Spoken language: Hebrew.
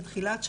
בתחילת,